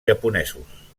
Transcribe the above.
japonesos